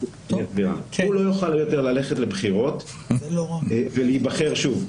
הוא לא יוכל יותר ללכת לבחירות ולהיבחר שוב.